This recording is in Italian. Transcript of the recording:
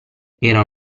era